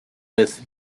with